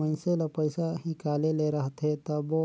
मइनसे ल पइसा हिंकाले ले रहथे तबो